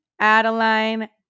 Adeline